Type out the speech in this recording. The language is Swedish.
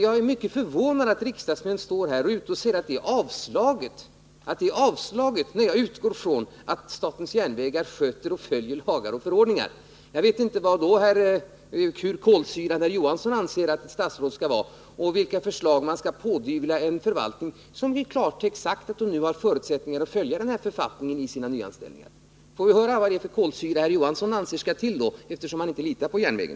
Jag är mycket förvånad över att en riksdagsman står här och säger att det är avslaget när jag utgår från att statens järnvägar följer lagar och förordningar. Jag vet inte hur kolsyrade herr Johansson anser att statsråd skall vara och vilka förslag man skall pådyvla en förvaltning som i klartext sagt att den nu har förutsättningar att följa den här författningen vid sina nyanställningar. Får vi höra vad det är för kolsyra herr Johansson anser skall till, eftersom han inte litar på järnvägen!